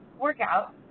workout